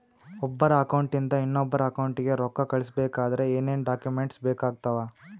ಒಬ್ಬರ ಅಕೌಂಟ್ ಇಂದ ಇನ್ನೊಬ್ಬರ ಅಕೌಂಟಿಗೆ ರೊಕ್ಕ ಕಳಿಸಬೇಕಾದ್ರೆ ಏನೇನ್ ಡಾಕ್ಯೂಮೆಂಟ್ಸ್ ಬೇಕಾಗುತ್ತಾವ?